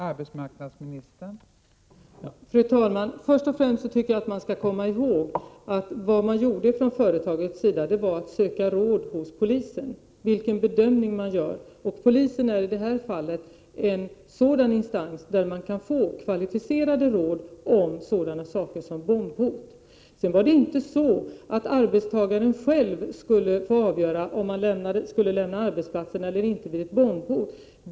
Om utrymning av ar Fru talman! Först och främst skall man komma ihåg att vad man gjorde erokaler idbome från företagets sida var att söka råd hos polisen om vilken bedömning man bat där gjorde. Polisen är en sådan instans där man kan få kvalificerade råd om sådana saker som bombhot. Det var inte så att arbetstagaren själv skulle få avgöra om han eller hon skulle få lämna arbetsplatsen eller inte vid ett bombhot.